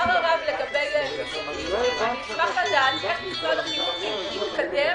אמר הרב לגבי --- אשמח לדעת איך משרד החינוך התקדם